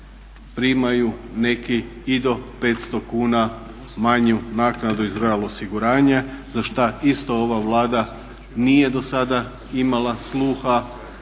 primaju neki i do 500 kuna manju naknadu iz royal osiguranje za šta isto ova Vlada nije do sada imala sluha